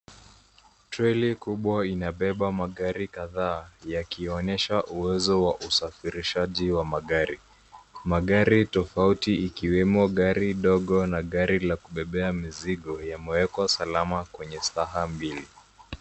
Treli kubwa inabeba magari kadhaa yakionyesha uwezo wa usafirishaji wa magari. Magari tofauti ikiwemo gari dogo na gari la kubebea mizigo yamewekwa salama kwenye staha mbili.